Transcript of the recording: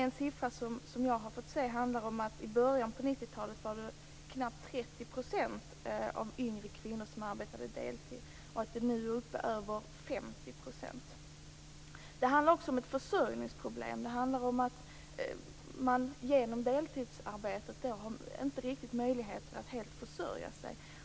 En siffra som jag har fått se handlar om att i början av 90-talet var det knappt 30 % av yngre kvinnor som arbetade deltid och nu är det över 50 %. Det handlar också om ett försörjningsproblem. Man har genom deltidsarbetet inte riktigt möjlighet att helt försörja sig.